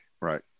right